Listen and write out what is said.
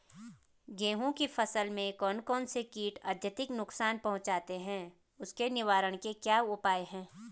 गेहूँ की फसल में कौन कौन से कीट अत्यधिक नुकसान पहुंचाते हैं उसके निवारण के क्या उपाय हैं?